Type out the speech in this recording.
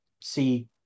see